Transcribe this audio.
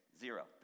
zero